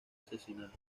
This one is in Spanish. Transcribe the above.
asesinada